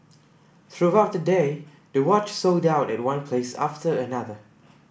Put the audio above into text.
throughout the day the watch sold out at one place after another